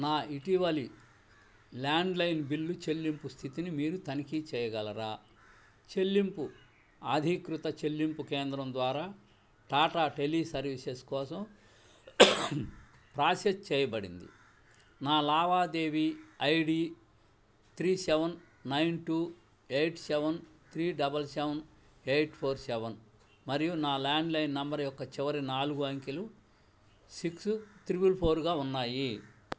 నా ఇటీవలి landline bill చెల్లింపు స్థితిని మీరు తనిఖీ చేయగలరా చెల్లింపు ఆధీకృత చెల్లింపు కేంద్రం ద్వారా టాటా టెలి సర్వీసెస్ కోసం ప్రాసెస్ చేయబడింది నా లావాదేవీ I D three seven nine two eight seven three double seven eight four seven మరియు నా ల్యాండ్లైన్ నంబరు యొక్క చివరి నాలుగు అంకెలు సిక్స్ త్రిబుల్ ఫోర్గా ఉన్నాయి